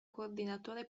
coordinatore